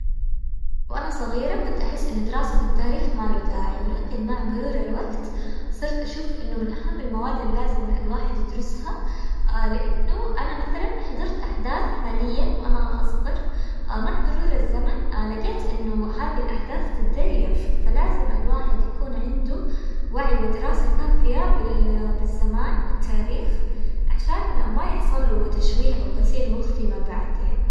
وانا صغيرة كنت احس ان دراسة التاريخ ما له داعي، ولكن مع مرور الوقت صرت اشوف انه من اهم المواد اللازم الواحد يدرسها، لانه انا مثلا حضرت احداث حاليا وانا اصغر، مع مرور الزمن لقيت انه هذي الاحداث تتذيف، فلازم الواحد يكون عنده وعي ودراسة كافية بال-بالزمان والتاريخ، عشان ما يحصل له تشويه او غسيل مخ فيما بعد يعني.